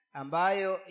ambayo